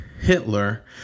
Hitler